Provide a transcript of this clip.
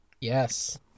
Yes